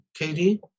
KD